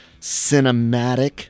cinematic